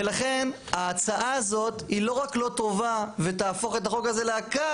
ולכן ההצעה הזאת היא לא רק לא טוב ותהפוך את החוק הזה לעקר,